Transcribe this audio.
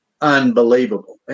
unbelievable